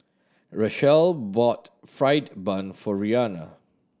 Rachelle bought fried bun for Reanna